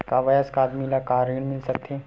एक वयस्क आदमी ला का ऋण मिल सकथे?